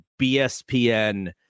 BSPN